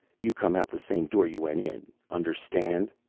you come out the same door you went in, understand?